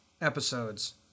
episodes